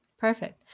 Perfect